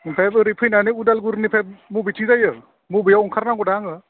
ओमफ्राय बोरै फैनानै उदालगुरिनिफ्राय बबेथिं जायो मबेयाव ओंखारनांगौदा आङो